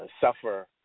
suffer